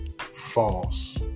false